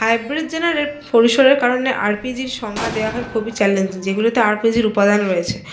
hybrid জেনারে পরিসরের কারণে আরপিজির সংজ্ঞা দেওয়া হয় খুবই চ্যালেঞ্জ যেগুলোতে আরপিজির উপাদান রয়েছে